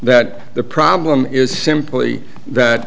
that the problem is simply that